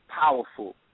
powerful